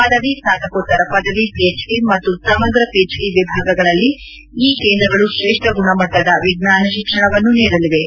ಪದವಿ ಸ್ನಾತಕೋತ್ತರ ಪದವಿ ಪಿಎಚ್ಡಿ ಮತ್ತು ಸಮಗ ಪಿಎಚ್ಡಿ ವಿಭಾಗಗಳಲ್ಲಿ ಈ ಕೇಂದ್ರಗಳು ಶ್ರೇಷ್ಠ ಗುಣಮಟ್ನದ ವಿಜ್ಞಾನ ಶಿಕ್ಷಣವನ್ನು ನೀಡಲಿವೆ